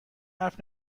حرف